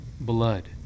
Blood